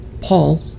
Paul